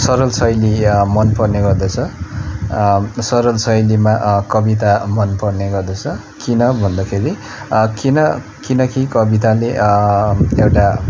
सरल शैली मनपर्ने गर्दछ सरल शैलीमा कविता मनपर्ने गर्दछ किन भन्दखेरि किन किनकि कविताले एउटा